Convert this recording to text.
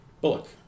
Bullock